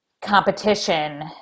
competition